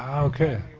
um okay.